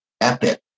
epic